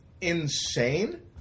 insane